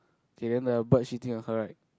okay then the bird shitting on her right